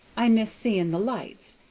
i miss seeing the lights,